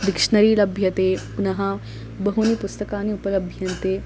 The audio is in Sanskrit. डिक्शनरी लभ्यते पुनः बहूनि पुस्तकानि उपलभ्यन्ते